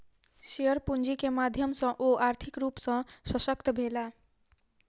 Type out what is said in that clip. share पूंजी के माध्यम सॅ ओ आर्थिक रूप सॅ शशक्त भेला